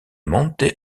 monte